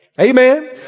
Amen